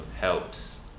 helps